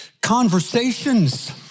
conversations